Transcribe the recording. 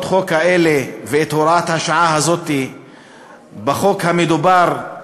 החוק האלה ואת הוראת השעה הזאת בחוק המדובר,